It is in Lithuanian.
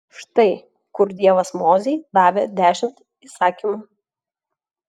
štai kur dievas mozei davė dešimt įsakymų